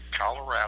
Colorado